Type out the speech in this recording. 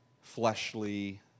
fleshly